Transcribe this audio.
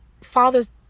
fathers